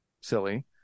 silly